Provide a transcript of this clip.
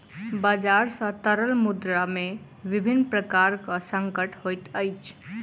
बजार सॅ तरल मुद्रा में विभिन्न प्रकारक संकट होइत अछि